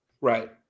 right